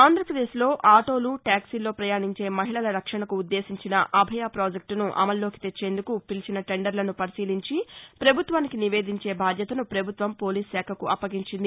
ఆంధ్రాపదేశ్లో ఆటోలు టాక్సీల్లో ప్రయాణించే మహిళల రక్షణకు ఉద్దేశించిన అభయ ప్రాజెక్టును అమల్లోకి తెచ్చేందుకు పిలిచిన టెండర్లను పరిశీలించి పభుత్వానికి నివేదించే బాధ్యతను పభుత్వం పోలీసు శాఖకు అప్పగించింది